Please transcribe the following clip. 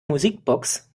musikbox